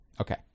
Okay